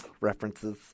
References